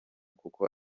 kuko